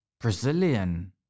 Brazilian